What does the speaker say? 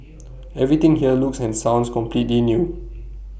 everything here looks and sounds completely new